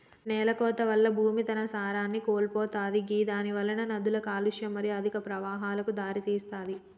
నేలకోత వల్ల భూమి తన సారాన్ని కోల్పోతది గిదానివలన నదుల కాలుష్యం మరియు అధిక ప్రవాహాలకు దారితీస్తది